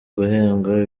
guhembwa